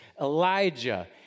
Elijah